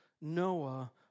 Noah